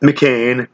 McCain